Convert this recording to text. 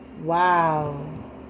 wow